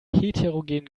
heterogenen